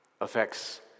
affects